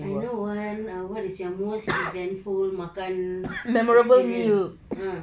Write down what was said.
I know one ah what is your most eventful makan experience ah